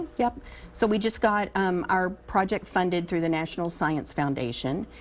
yeah so we just got um our project funded through the national science foundation.